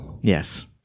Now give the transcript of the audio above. Yes